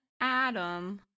Adam